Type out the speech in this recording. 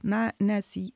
na nes į